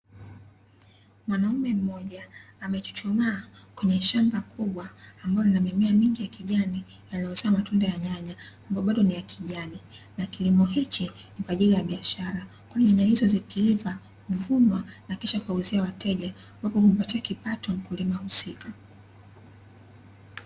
Mwanaume mmoja amechuchumaa kwenye shamba kubwa ambalo lina mimea mingi ya kijani yaliyozaa matunda ya nyanya ambayo bado ni ya kijani na kilimo hichi ni kwa ajili ya biashara kwani nyanya hizo zikiiva huvunwa na kisha kuwauzia wateja ambapo humpatia kipato mkulima husika.